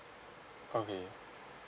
okay